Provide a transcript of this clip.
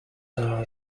are